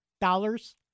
dollars